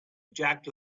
jack